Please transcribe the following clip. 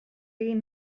egin